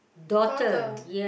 daughter